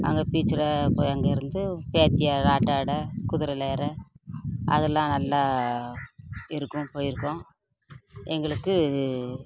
அங்கே பீச்சில் போய் அங்கே இருந்து பேத்தியை ராட்டினம் ஆட குதிரையில் ஏற அதெலாம் நல்லா இருக்கும் போயிருக்கோம் எங்களுக்கு